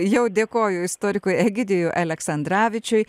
jau dėkoju istorikui egidijui aleksandravičiui